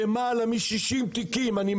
אני מטפל בלמעלה מ-60 תיקים.